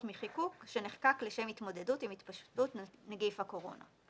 מחיקוק שנחקק לשם התמודדות עם התפשטות נגיף הקורונה.